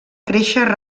créixer